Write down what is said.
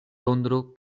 tondro